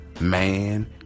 man